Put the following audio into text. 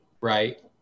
Right